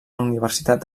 universitat